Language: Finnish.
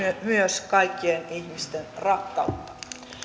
myös kaikkien ihmisten rakkautta